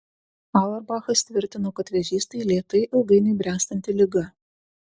auerbachas tvirtino kad vėžys tai lėtai ilgainiui bręstanti liga